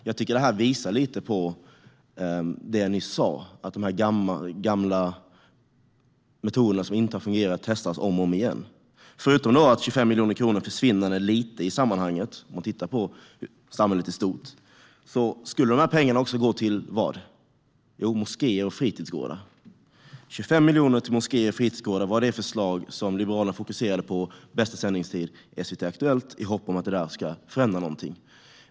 Jag tycker att det visar lite på det jag nyss sa: att de gamla metoderna som inte har fungerat testas om och om igen. 25 miljoner kronor är försvinnande lite i sammanhanget, om man tittar på samhället i stort. Och vad skulle de här pengarna gå till? Jo, till moskéer och fritidsgårdar. 25 miljoner till moskéer och fritidsgårdar var det förslag som Liberalerna på bästa sändningstid fokuserade på i Aktuellt i SVT, i hopp om att det ska förändra någonting.